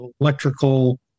electrical